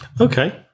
Okay